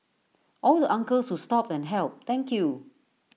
all the uncles who stopped and helped thank you